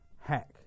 Hack